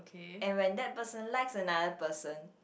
and when that person likes another person